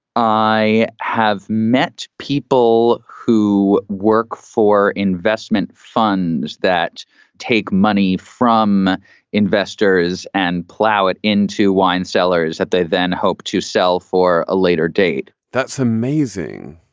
i have met people who work for investment funds that take money from investors and plow it into wine cellars that they then hope to sell for a later date. that's amazing.